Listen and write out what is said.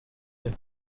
der